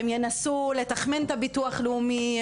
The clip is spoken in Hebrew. הן ינסו לתחמן את ביטוח לאומי.